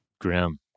Grim